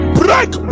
break